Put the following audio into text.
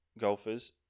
golfers